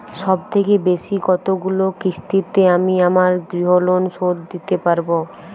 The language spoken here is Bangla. সবথেকে বেশী কতগুলো কিস্তিতে আমি আমার গৃহলোন শোধ দিতে পারব?